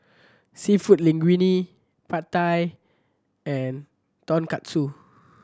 Seafood Linguine Pad Thai and Tonkatsu